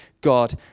God